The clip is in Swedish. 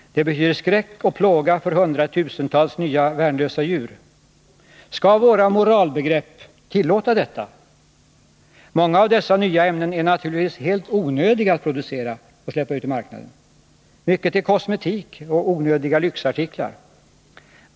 Det betyder skräck och plåga för hundratusentals nya värnlösa djur. Skall våra moralbegrepp tillåta detta? Många av dessa nya ämnen är naturligtvis helt onödiga att producera och släppa ut i marknaden. Mycket är kosmetik och onödiga lyxartiklar.